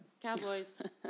Cowboys